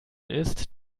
ist